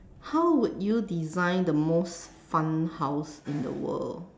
how would you design the most fun house in the world